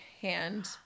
hand